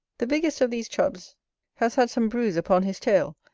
the biggest of these chubs has had some bruise upon his tail,